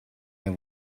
der